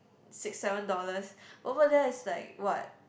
six seven dollars over there is like what